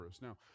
Now